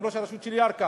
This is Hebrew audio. גם ראש הרשות של ירכא,